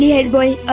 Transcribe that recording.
head boy.